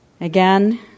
Again